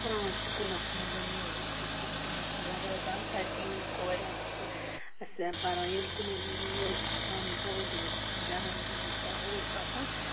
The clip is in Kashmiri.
آ سکوٗلَس مَنٛز أسۍ أسۍ ہوسٹَلَس منٛز روزان تَتہِ یِم کورِ آسہٕ اَسہِ پَران ییٚلہِ تِمَن یہِ اوس آسان پٔرٕ ڈے اوس آسان جَنم دِنۍ ٲسۍ اوس آسان